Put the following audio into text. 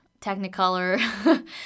technicolor